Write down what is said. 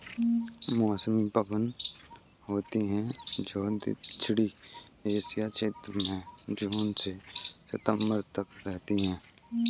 मौसमी पवन होती हैं, जो दक्षिणी एशिया क्षेत्र में जून से सितंबर तक रहती है